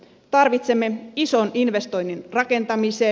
tarvitsemme ison investoinnin rakentamiseen